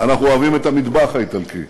אנחנו אוהבים את המטבח האיטלקי,